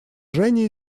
женя